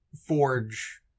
forge